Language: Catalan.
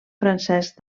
francesc